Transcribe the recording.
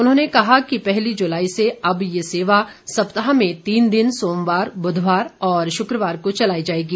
उन्होंने कहा कि पहली जुलाई से अब ये सेवा सप्ताह में तीन दिन सोमवार बुधवार और शुक्रवार को चलाई जाएगी